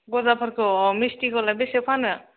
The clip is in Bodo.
गजाफोरखौ अ मिस्थिखौलाय बेसेयाव फानो